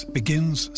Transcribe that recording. begins